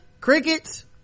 crickets